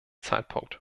zeitpunkt